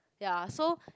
ya so